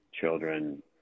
children